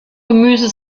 gemüse